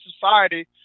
society—